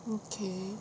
okay